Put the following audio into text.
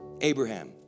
Abraham